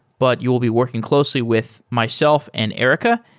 but you'll be working closely with myself and erica.